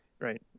Right